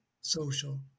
social